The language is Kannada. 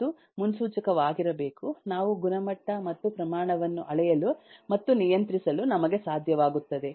ಅದು ಮುನ್ಸೂಚಕವಾಗಿರಬೇಕು ನಾವು ಗುಣಮಟ್ಟ ಮತ್ತು ಪ್ರಮಾಣವನ್ನು ಅಳೆಯಲು ಮತ್ತು ನಿಯಂತ್ರಿಸಲು ನಮಗೆ ಸಾಧ್ಯವಾಗುತ್ತದೆ